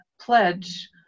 pledge